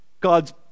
God's